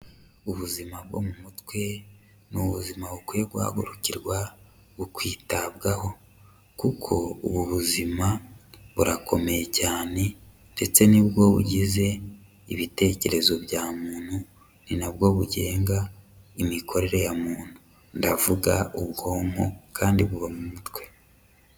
Ubuzima bwo mu mutwe ni ubuzima bukwiye guhagururikirwa, bukitabwaho kuko ubu buzima burakomeye cyane ndetse nibwo bugize ibitekerezo bya muntu, ni nabwo bugenga imikorere ya muntu, ndavuga ubwonko kandi buba mu mutwe.